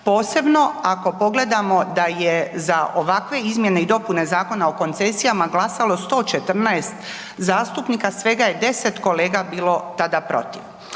posebno ako pogledamo da je za ovakve izmjene i dopune Zakona o koncesijama glasalo 114 zastupnika, svega je 10 kolega bilo tada protiv.